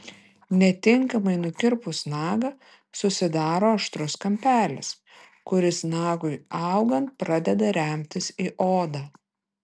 netinkamai nukirpus nagą susidaro aštrus kampelis kuris nagui augant pradeda remtis į odą